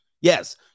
Yes